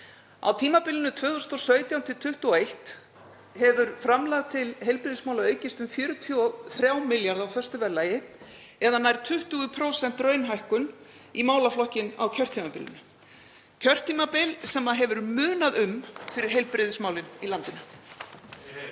Á tímabilinu 2017–2021 hefur framlag til heilbrigðismála aukist um 43 milljarða á föstu verðlagi eða nær 20% raunhækkun í málaflokkinn á kjörtímabilinu, kjörtímabili sem hefur munað um fyrir heilbrigðismálin í landinu.